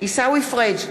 עיסאווי פריג'